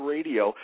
Radio